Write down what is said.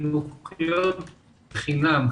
החינוכיות חינם.